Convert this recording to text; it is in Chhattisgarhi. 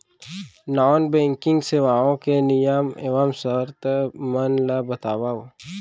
नॉन बैंकिंग सेवाओं के नियम एवं शर्त मन ला बतावव